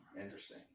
Interesting